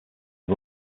are